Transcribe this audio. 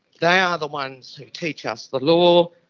they are the ones who teach us the lore,